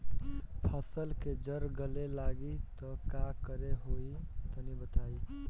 फसल के जड़ गले लागि त का करेके होई तनि बताई?